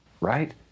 right